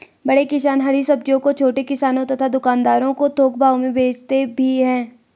बड़े किसान हरी सब्जियों को छोटे किसानों तथा दुकानदारों को थोक भाव में भेजते भी हैं